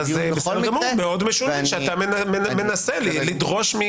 משרד המשפטים ומשרד הרווחה הביאו לנו את תקנות אימוץ